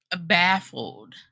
baffled